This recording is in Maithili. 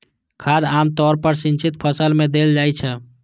खाद आम तौर पर सिंचित फसल मे देल जाइत छै